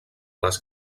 les